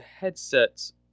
headsets